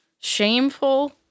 shameful